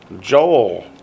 Joel